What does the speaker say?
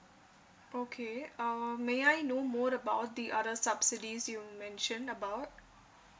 okay uh may I know more about the other subsidies you mention about